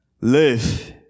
live